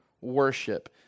worship